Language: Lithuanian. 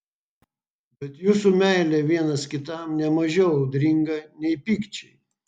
bet jūsų meilė vienas kitam ne mažiau audringa nei pykčiai